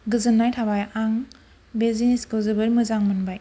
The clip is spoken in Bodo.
गोजोननाय थाबाय आं बे जिनिसखौ जोबोर मोजां मोनबाय